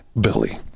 Billy